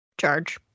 charge